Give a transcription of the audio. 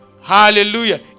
Hallelujah